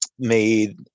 made